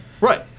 Right